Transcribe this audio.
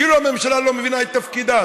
כאילו הממשלה לא מבינה את תפקידה.